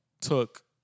took